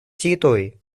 территории